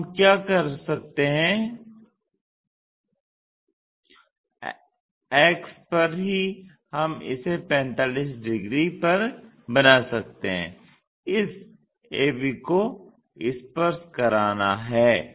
तो हम क्या कर सकते हैं अक्ष पर ही हम इसे 45 डिग्री पर बना सकते हैं इस ab को स्पर्श कराना है